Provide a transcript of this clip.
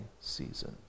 season